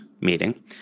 meeting